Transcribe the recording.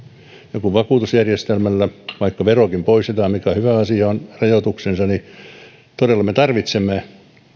kun vakuutusjärjestelmällä vaikka verokin poistetaan mikä on hyvä asia on rajoituksensa niin me todella tarvitsemme